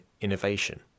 innovation